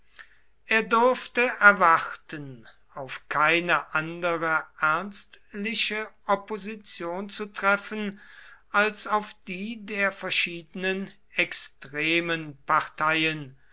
er durfte erwarten auf keine andere ernstliche opposition zu treffen als auf die der verschiedenen extremen parteien